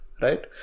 right